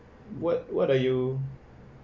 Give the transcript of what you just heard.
what what are you